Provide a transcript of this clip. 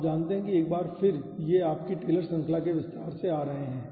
आप जानते हैं एक बार फिर ये आपकी टेलर श्रृंखला के विस्तार से आ रहे हैं